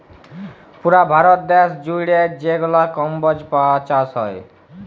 পুরা ভারত দ্যাশ জুইড়ে যেগলা কম্বজ চাষ হ্যয়